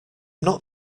not